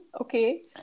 Okay